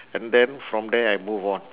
and then from there I move on